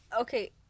Okay